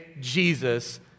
Jesus